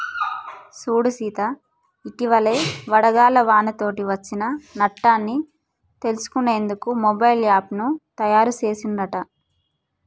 సూడు సీత ఇటివలే వడగళ్ల వానతోటి అచ్చిన నట్టన్ని తెలుసుకునేందుకు మొబైల్ యాప్ను తాయారు సెసిన్ రట